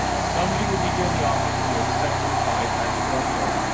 somebody will be here in the office to accept your tithe at the front door.